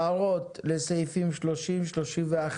הערות לסעיפים 30, 31?